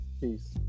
peace